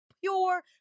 pure